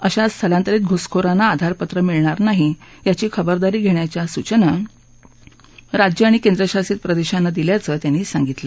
अशा स्थलांतरीत घुसखोरांना आधार पत्र मिळणार नाही याची खबरदारी घेण्याच्या सूचना राज्यं आणि केंद्रशासित प्रदेशांना दिल्या आहेत असं त्यांनी सांगितलं